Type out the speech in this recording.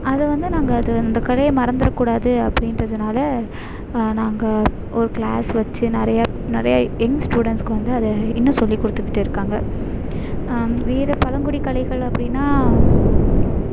அதை வந்து நாங்கள் அது அந்த கலையை மறந்துவிட கூடாது அப்படின்றதுனால நாங்கள் ஒரு கிளாஸ் வச்சு நிறையா நிறையா யங் ஸ்டூடண்ட்ஸுக்கு வந்து அதை இன்னும் சொல்லிக் கொடுத்துகிட்டு இருக்காங்க வேற பழங்குடி கலைகள் அப்படின்னா